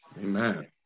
Amen